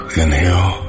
inhale